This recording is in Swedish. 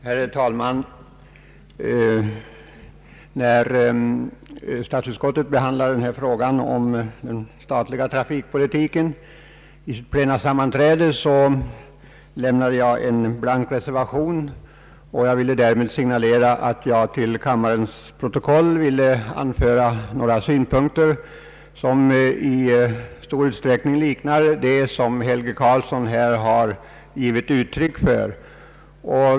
Herr talman! När statsutskottet behandlade frågan om den statliga trafikpolitiken vid sitt plenarsammanträde lämnade jag en blank reservation och ville därmed signalera att jag till kammarens protokoll skulle anföra några synpunkter. Dessa har i stor utsträckning likhet med dem herr Helge Karlsson nyss har givit uttryck åt.